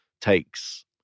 takes